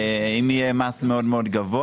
אם יהיה מס מאוד מאוד גבוה,